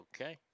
Okay